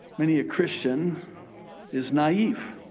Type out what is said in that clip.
many a christian is naive